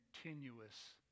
continuous